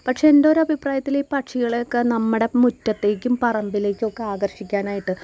പക്ഷേ എൻറ്റൊരഭിപ്രായത്തില് ഈ പക്ഷികളേ ഒക്കെ നമ്മുടെ മുറ്റത്തേക്കും പറമ്പിലേക്കൊക്കെ ആകർഷിക്കാനായിട്ട്